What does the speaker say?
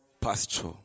pasture